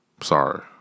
sorry